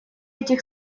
этих